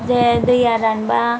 जे दैया रानबा